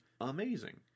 amazing